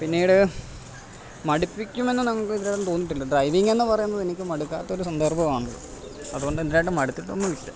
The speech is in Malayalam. പിന്നീട് മടുപ്പിക്കുമെന്ന് നമുക്ക് ഇതു വരെ തോന്നിട്ടില്ല ഡ്രൈവിംഗ് എന്നു പറയുന്നത് എനിക്ക് മടുക്കാത്ത ഒരു സന്ദർഭമാണ് അതു കൊണ്ട് ഇതുവരെ ആയിട്ട് മടുത്തിട്ടൊന്നുമില്ല